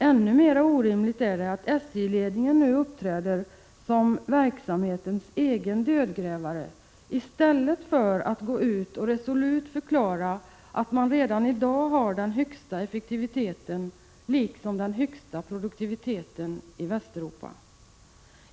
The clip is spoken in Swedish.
Ännu mera orimligt är det att SJ-ledningen nu uppträder som verksamhetens egen dödgrävare i stället för att resolut förklara att man redan i dag har den högsta effektiviteten och den högsta produktiviteten i Västeuropa.